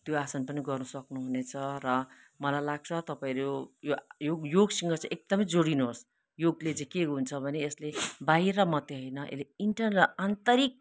त्यो आसन पनि गर्नु सक्नुहुनेछ र मलाई लाग्छ तपाईँहरू यो यो योगसँग चाहिँ एकदमै जोडिनुहोस् योगले चाहिँ के हुन्छ भने यसले बाहिर मात्रै होइन यसले इन्टरनल आन्तरिक